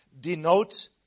denote